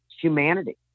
humanity